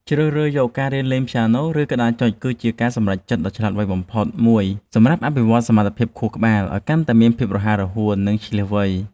ជ្រើសរើសយកការរៀនលេងព្យ៉ាណូ ឬក្តារចុចគឺជាការសម្រេចចិត្តដ៏ឆ្លាតវៃបំផុតមួយសម្រាប់អភិវឌ្ឍសមត្ថភាពខួរក្បាលឱ្យកាន់តែមានភាពរហ័សរហួន និងឈ្លាសវៃ។